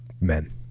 men